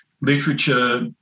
literature